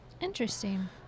Interesting